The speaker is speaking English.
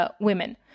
women